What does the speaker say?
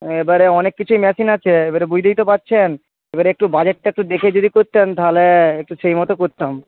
এবারে অনেক কিছুই মেশিন আছে এবারে বুঝতেই তো পারছেন এবারে একটু বাজেটটা একটু দেখে যদি করতেন তাহলে একটু সেই মতো করতাম